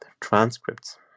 transcripts